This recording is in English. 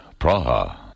Praha